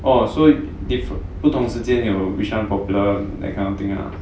oh so different 不同时间有 which [one] popular that kind of thing ah